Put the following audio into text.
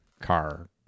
car